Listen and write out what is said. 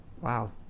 wow